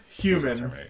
human